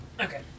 Okay